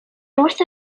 north